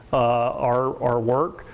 our our work.